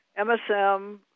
MSM